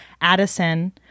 Addison